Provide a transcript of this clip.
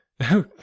Oh